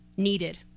Needed